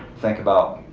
think about,